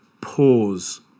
pause